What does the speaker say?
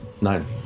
Nine